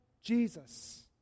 Jesus